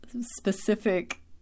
specific